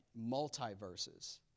multiverses